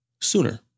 sooner